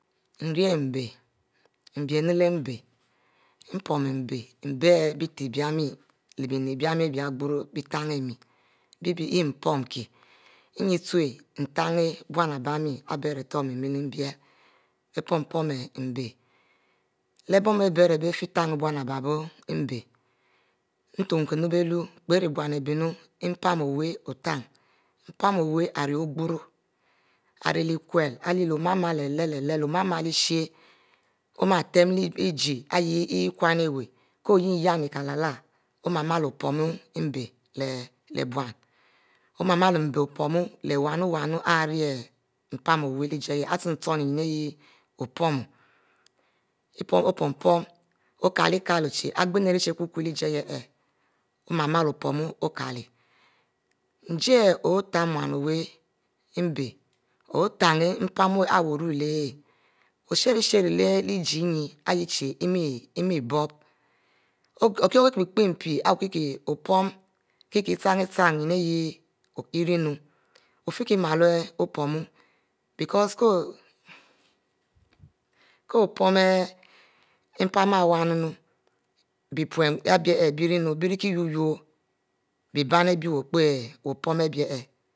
Mie ari mbe nbinu leh mbe mpon mbe, mbe bie bieteh ibienn leh bie nieh bienn ari bie |goro bie temie mbe yeh mpon kie ninn ute nte buiun ari mie mele biele, bie pom-pom mbe leh boun ari bie bifie tenn boun ari bie mbe ntun kie ninu bie lure pieri boun ari bienu mpan o' muieh ote nieh, mpan o'wu ari ogoro ari leh kula lo ma m'a leh-leh, leh oma ma lyieshe oma tehiele leh ijie ari yeh kunn awu k'o yinieh kieleh leh o;male male opomiu mbe leh boun, oh male-male mbe opomu leh wunu-wunu ari mbe ijie ari chin-chinn myin yeh opom, oghiel opom o'kiele-kiele chie iginu ari chie kukuie lehjie ari yeh o'ma-male opom o'kiele ijie otechnu owu mbe owu tein mpan ari wu oruleh yeh wu ijie ari chie mboub oh ari kie pie-pie mpi iwu kie opom kie chinn-chinn nyin ari yeh okele mu ofie kie male opom because k'o opom impan ari wunu bie pum ari bie nu bie rienu bie rie kie wu-wao bieann air bie pie k'o opom